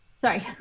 sorry